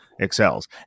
excels